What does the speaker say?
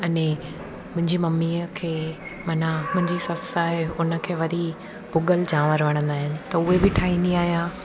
अने मुंहिंजी ममीअ खे माना मुंहिंजी ससु आहे उन खे वरी भुॻल चांवर वणंदा आहिनि त उहे बि ठाहींदी आहियां